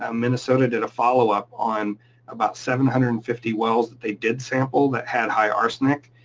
um minnesota did a follow up on about seven hundred and fifty wells that they did sample that had higher arsenic.